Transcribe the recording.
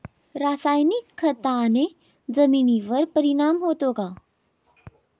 रासायनिक खताने जमिनीवर परिणाम होतो का?